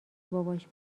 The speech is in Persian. باباش